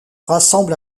rassemble